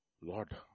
Lord